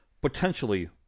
potentially